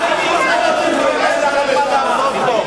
נא להוציא את חבר הכנסת זחאלקה.